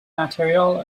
naturiol